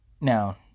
Now